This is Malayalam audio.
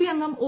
പി അംഗം ഒ